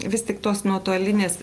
vis tik tos nuotolinės